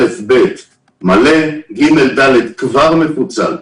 א'-ב' מלא, ג'-ד' כבר מפוצל,